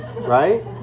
right